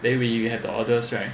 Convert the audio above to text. then we will have the orders right